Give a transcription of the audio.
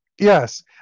Yes